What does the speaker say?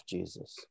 Jesus